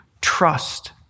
trust